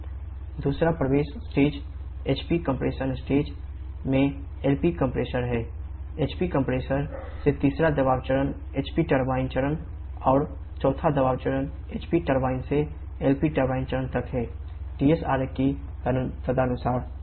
दूसरा pressure stage तक है